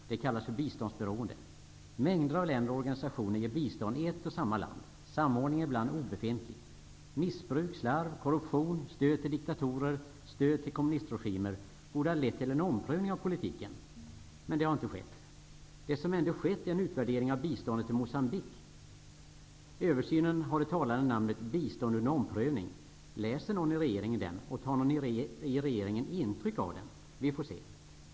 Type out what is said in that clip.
Det kallas för biståndsberoende. Mängder av länder och organisationer ger bistånd i ett och samma land. Samordningen är ibland obefintlig. Missbruk, slarv, korruption, stöd till diktatorer och stöd till kommunistregimer borde ha lett till en omprövning av politiken. Men det har inte skett. Det som ändå skett är en utvärdering av biståndet till Moçambique. Översynen har det talande namnet ''Bistånd under omprövning''. Läser någon i regeringen den? Tar någon i regeringen intryck av den? Vi får se.